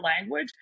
language